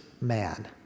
man